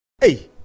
Hey